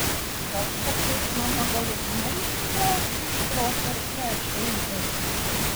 gal kartais mama galutinai išsikraustė iš proto ir krečia eibes